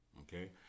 Okay